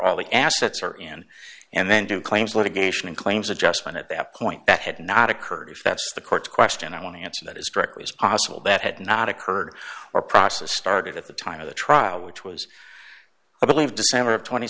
all the assets are in and then due claims litigation and claims adjustment at that point that had not occurred the court question i want to answer that as directly as possible that had not occurred or process started at the time of the trial which was i believe december